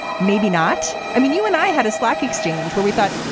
maybe not. i mean, you and i had a slack exchange where we thought,